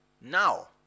now